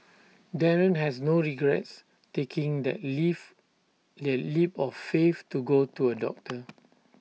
Darren has no regrets taking that leap that leap of faith to go to A doctor